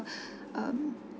um